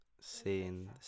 seeing